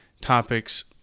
topics